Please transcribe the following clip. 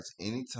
anytime